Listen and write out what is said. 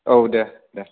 औ दे दे